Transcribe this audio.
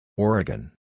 Oregon